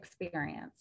experience